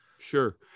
Sure